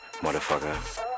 Motherfucker